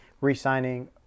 re-signing